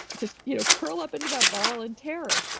just you know curl up into that ball in terror.